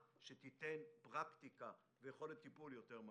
שתיתן פרקטיקה ויכולת טיפול יותר מעשית.